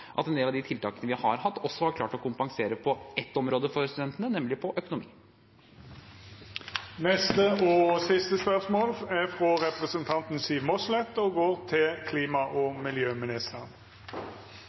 at en del av de tiltakene vi har hatt, også har klart å kompensere på ett område for studentene, nemlig økonomi. «Nå er det vår i Nordland. Reinen kalver, og smålammene slippes på beite sammen med voksensauene. Rein, sau og andre beitedyr er bærekraftig og